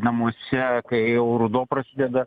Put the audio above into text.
namuose kai jau ruduo prasideda